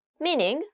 meaning